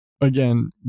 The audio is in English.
again